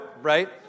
Right